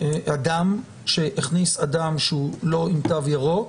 אדם שהכניס אדם שלא עם תו ירוק,